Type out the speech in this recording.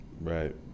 Right